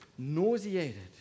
Nauseated